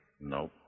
No